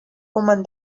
woman